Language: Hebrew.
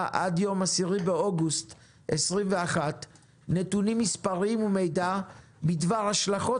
עד 10 באוגוסט 2021 נתונים מספריים ומידע בדבר השלכות